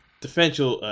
defensive